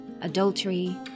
adultery